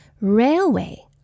Railway